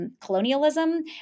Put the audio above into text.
colonialism